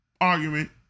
Argument